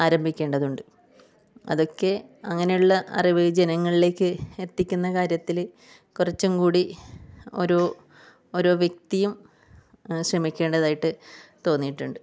ആരംഭിക്കേണ്ടതുണ്ട് അതൊക്കെ അങ്ങനെയുള്ള അറിവ് ജനങ്ങളിലേക്ക് എത്തിക്കുന്ന കാര്യത്തിൽ കുറച്ചുംകൂടി ഓരോ ഓരോ വ്യക്തിയും ശ്രമിക്കേണ്ടതായിട്ട് തോന്നിയിട്ടുണ്ട്